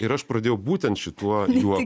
ir aš pradėjau būtent šituo juo